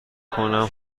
کنم